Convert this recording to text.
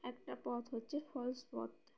একটা পথ হচ্ছে ফলস পথ